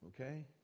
Okay